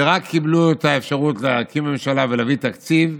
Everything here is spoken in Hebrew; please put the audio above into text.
ורק קיבלו את האפשרות להקים ממשלה ולהביא תקציב,